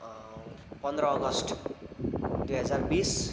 पन्ध्र अगस्त दुई हजार बिस